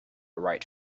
write